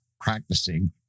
practicing